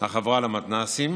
החברה למתנ"סים